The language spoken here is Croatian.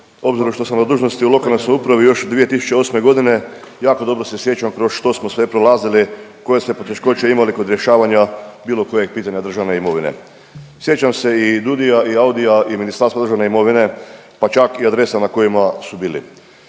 obzirom što sam na dužnosti u lokalnoj samoupravi još od 2008.g. jako dobro se sjećam kroz što smo sve prolazili, koje ste poteškoće imali kod rješavanja bilo kojeg pitanja državne imovine. Sjećam se i DUDI-a i AUDI-a i Ministarstva državne imovine pa čak i adresa na kojima su bili.